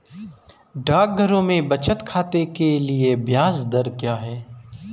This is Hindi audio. डाकघरों में बचत खाते के लिए ब्याज दर क्या है?